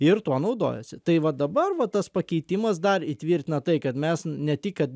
ir tuo naudojasi tai va dabar va tas pakeitimas dar įtvirtina tai kad mes ne tik kad